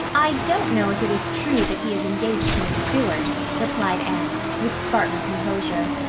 i don't know if it is true that he is engaged to miss stuart, replied anne, with spartan composure,